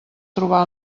trobà